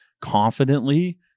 confidently